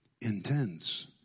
intense